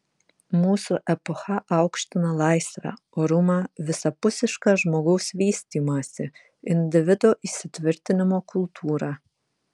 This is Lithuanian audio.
mūsų epocha aukština laisvę orumą visapusišką žmogaus vystymąsi individo įsitvirtinimo kultūrą